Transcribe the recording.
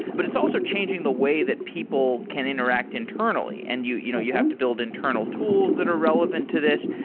but it's also changing the way that people can interact internally, and you you know you have to build internal tools that are relevant to this.